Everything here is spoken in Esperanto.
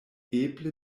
eble